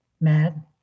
mad